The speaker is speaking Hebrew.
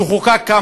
שחוקק כאן,